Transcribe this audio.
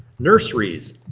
nurseries,